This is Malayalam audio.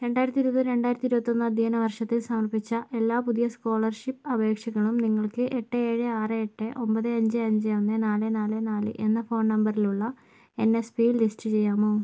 രണ്ടായിരത്തി ഇരുപത് രണ്ടായിരത്തി ഇരുപത്തൊന്ന് അധ്യയന വർഷത്തിൽ സമർപ്പിച്ച എല്ലാ പുതിയ സ്കോളർഷിപ്പ് അപേക്ഷകളും നിങ്ങൾക്ക് എട്ട് ഏഴ് ആറ് എട്ട് ഒമ്പത് അഞ്ച് അഞ്ച് ഒന്ന് നാല് നാല് നാല് എന്ന ഫോൺ നമ്പറിലുള്ള എൻ എസ് പിയിൽ ലിസ്റ്റ് ചെയ്യാമോ